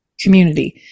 community